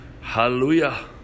Hallelujah